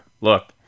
look